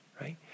right